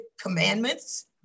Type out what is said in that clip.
commandments